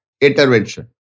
intervention